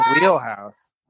wheelhouse